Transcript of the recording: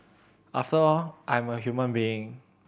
after all I'm a human being